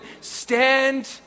Stand